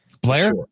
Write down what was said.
Blair